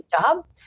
job